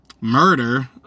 murder